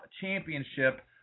championship